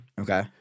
Okay